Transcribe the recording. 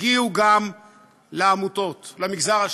הגיעו גם לעמותות, למגזר השלישי,